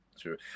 true